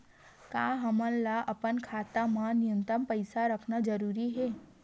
का हमला अपन खाता मा न्यूनतम पईसा रखना जरूरी हे?